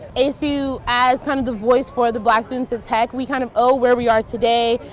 as you as kind of the voice for the black students in tech, we kind of owe where we are today,